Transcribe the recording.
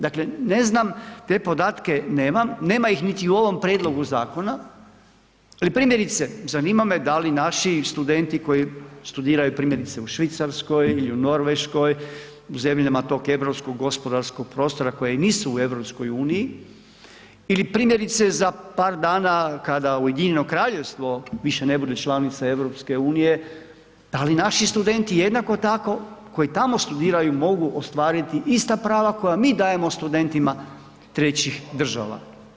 Dakle, ne znam te podatke nemam, nema ih niti u ovom prijedlogu zakona ali primjerice zanima me da li naši studenti koji studiraju primjerice u Švicarskoj ili u Norveškoj u zemljama tog europskog gospodarskog prostora koje nisu u EU, ili primjerice za par dana kada Ujedinjeno Kraljevstvo više ne bude članica EU, da li naši studenti jednako tako koji tamo studiraju mogu ostvariti ista prava koja mi dajemo studentima trećih država.